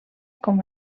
com